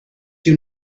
you